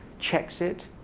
checks it,